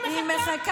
לי ועדת האתיקה מחכה?